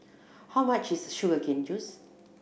how much is sugar cane juice